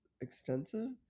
extensive